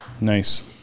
Nice